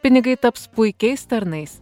pinigai taps puikiais tarnais